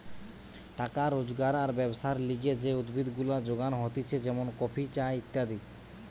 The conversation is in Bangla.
টাকা রোজগার আর ব্যবসার লিগে যে উদ্ভিদ গুলা যোগান হতিছে যেমন কফি, চা ইত্যাদি